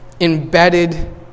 embedded